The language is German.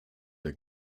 der